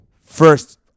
First